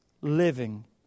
living